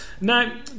Now